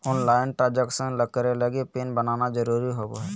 online transaction करे लगी PIN बनाना जरुरी होबो हइ